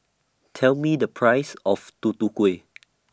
Tell Me The Price of Tutu Kueh